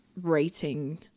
rating